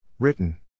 Written